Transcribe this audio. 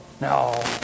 No